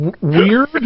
Weird